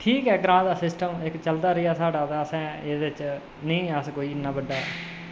ठीक ऐ ग्रांऽ दा सिस्टम इक्क चलदा रेहा साढ़ा तां असें एह्दे च नेईं अस कोई इन्ना बड्डा